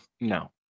No